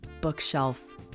bookshelf